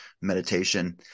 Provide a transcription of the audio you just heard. meditation